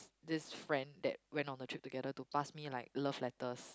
this friend that went on a trip together to pass me like love letters